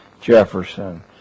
Jefferson